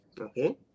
Okay